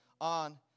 on